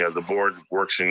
yeah the board works and